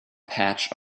patch